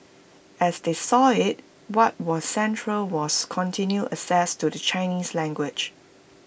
as they saw IT what was central was continued access to the Chinese language